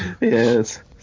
yes